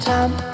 Time